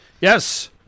Yes